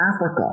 Africa